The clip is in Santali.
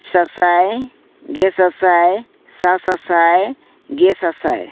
ᱥᱟᱥᱟᱭ ᱜᱮ ᱥᱟᱥᱟᱭ ᱥᱟ ᱥᱟᱥᱟᱭ ᱜᱮ ᱥᱟᱥᱟᱭ